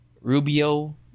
rubio